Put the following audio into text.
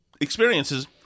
Experiences